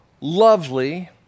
lovely